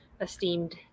esteemed